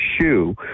shoe